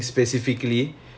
get some experience